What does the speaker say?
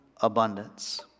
abundance